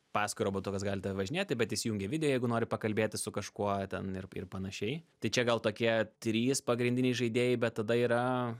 paskui robotukas gali tave važinėti bet įsijungi video jeigu nori pakalbėti su kažkuo ten ir ir panašiai tai čia gal tokie trys pagrindiniai žaidėjai bet tada yra